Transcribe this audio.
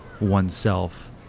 oneself